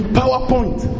powerpoint